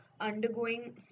undergoing